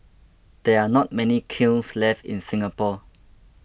there are not many kilns left in Singapore